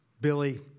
Billy